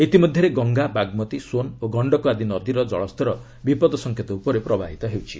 ଇତିମଧ୍ୟରେ ଗଙ୍ଗା ବାଗମତୀ ସୋନ୍ ଓ ଗଶ୍ଚକ ଆଦି ନଦୀର ଜଳସ୍ତର ବିପଦ ସଙ୍କେତ ଉପରେ ପ୍ରବାହିତ ହେଉଛି